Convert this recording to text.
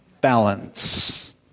Balance